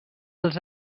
els